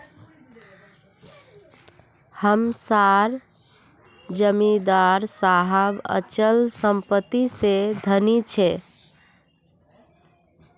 हम सार जमीदार साहब अचल संपत्ति से धनी छे